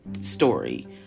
story